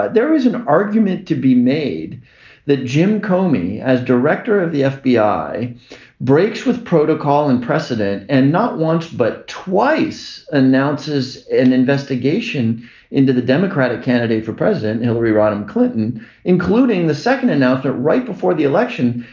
but there is an argument to be made that jim comey as director of the fbi breaks with protocol and precedent and not once but twice announces an investigation into the democratic candidate for president hillary rodham clinton including the second enough that right before the election.